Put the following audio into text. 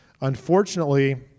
Unfortunately